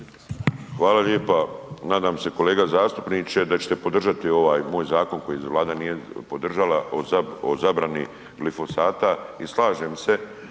Hvala lijepa. Nadam se kolega zastupniče da ćete podžati ovaj moj zakon koji Vlada nije podržala o zabrani glifosata.